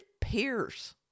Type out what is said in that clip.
Pierce